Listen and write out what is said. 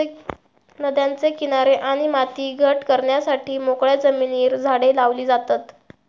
नद्यांचे किनारे आणि माती घट करण्यासाठी मोकळ्या जमिनीर झाडे लावली जातत